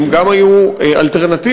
הם גם היו אלטרנטיביים,